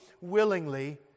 willingly